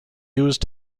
used